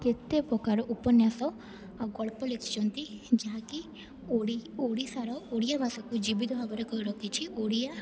କେତେ ପ୍ରକାର ଉପନ୍ୟାସ ଆଉ ଗଳ୍ପ ଲେଖିଛନ୍ତି ଯାହାକି ଓଡ଼ିଶାର ଓଡ଼ିଆ ଭାଷାକୁ ଜୀବିତ ଭାବରେ କରି ରଖିଛି ଓଡ଼ିଆ